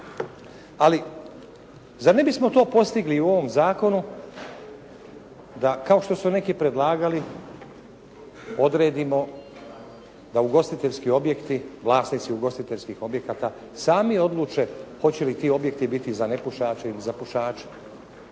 Ali zar ne bismo to postigli i u ovom zakonu da kao što su neki predlagali odredimo da ugostiteljski objekti, vlasnici ugostiteljskih objekata sami odluče hoće li ti objekti biti za nepušače ili za pušače?